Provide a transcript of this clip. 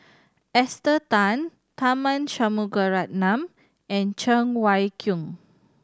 Esther Tan Tharman Shanmugaratnam and Cheng Wai Keung